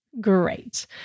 Great